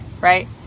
Right